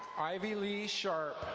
ivy lee sharp.